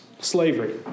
slavery